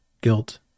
guilt